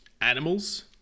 animals